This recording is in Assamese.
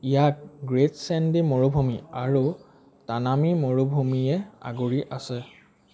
ইয়াক গ্ৰেট ছেণ্ডী মৰুভূমি আৰু তানামী মৰুভূমিয়ে আগুৰি আছে